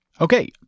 Okay